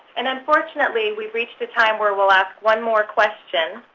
and unfortunately, we've reached a time where we'll ask one more question,